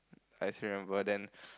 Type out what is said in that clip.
I still remember then